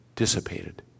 Dissipated